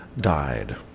died